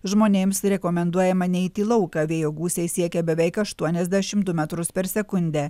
žmonėms rekomenduojama neiti į lauką vėjo gūsiai siekia beveik aštuoniasdešimt du metrus per sekundę